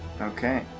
Okay